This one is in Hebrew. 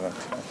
הבנתי.